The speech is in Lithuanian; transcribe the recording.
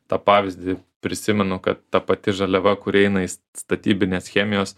tą pavyzdį prisimenu kad ta pati žaliava kuri eina į statybinės chemijos